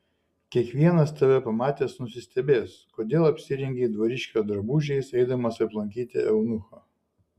kiekvienas tave pamatęs nusistebės kodėl apsirengei dvariškio drabužiais eidamas aplankyti eunucho